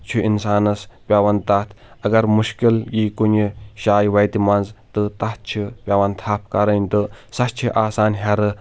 چھُ انسانَس پیوان تَتھ اگر مُشکِل یی کُنہِ جایہِ وَتہِ منٛز تہٕ تَتھ چھِ پٮ۪وان تھَپھ کَرٕنۍ تہٕ سۄ چھِ آسان ہیرٕ تہٕ